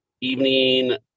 evening